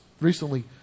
recently